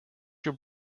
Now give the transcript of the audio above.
your